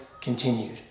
continued